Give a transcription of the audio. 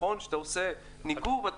כשאתה עושה ניקוב,